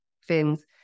fins